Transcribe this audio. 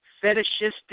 fetishistic